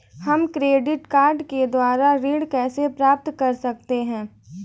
हम credit card के द्वारा ऋण कैसे प्राप्त कर सकते हैं?